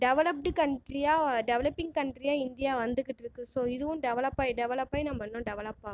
developed கண்ட்ரியாக developing கண்ட்ரியாக India வந்துகிட்டு இருக்குது சோ இதுவும் டெவலப்பாகி டெவலப்பாகி நம்ம இன்றும் டெவலப் ஆகணும்